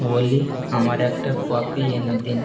অলি আমার একটা কফি এনে দিন